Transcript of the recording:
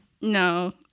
no